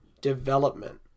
development